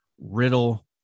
Riddle